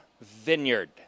vineyard